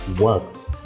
works